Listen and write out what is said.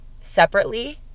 separately